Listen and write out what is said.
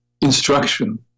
instruction